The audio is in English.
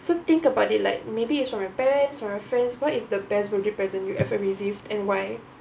so think about it like maybe is from your parents or a friend's what is the best birthday present you ever received and why